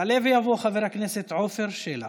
יעלה ויבוא חבר הכנסת עפר שלח.